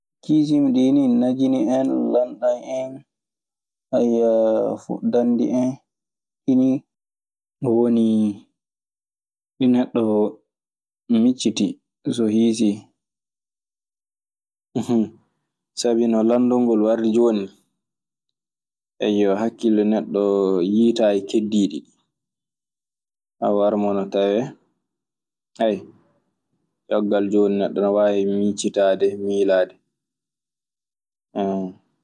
Kusin de ni, majini hen ,landam hen. nanndi hen woni ɗi neɗɗo miccitii so hiisii. sabi no laamndol gol wardi jooni ni, eyyo hakkille neɗɗo yiytaani keddii ɗi. Awa waawi ina tawee, eywa caggal jooni neɗɗo ina waawi mijjitaa, milaade.